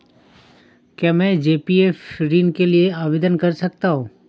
क्या मैं जी.पी.एफ ऋण के लिए आवेदन कर सकता हूँ?